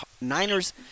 Niners